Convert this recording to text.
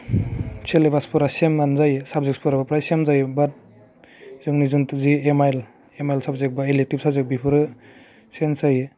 सेलेबासफोरा सेमानो जायो साबजेकफोरा सेम जायो बाट जोंनि जिथु जि एम आइ एल एमाइल साबजेक्ट बा इलेकटिब साबजेक्ट बेफोरो चेन्ज जायो